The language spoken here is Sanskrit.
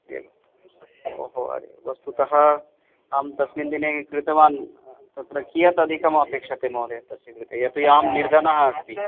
एव ओहो वस्तुतः अं तस्मिन् दिने कृतवान् तत्र कियत् अधिकमपेक्षते महोदय तस्य कृते यतो हि आं निर्धनः अस्ति